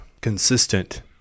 consistent